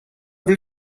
will